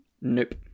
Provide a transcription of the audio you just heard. Nope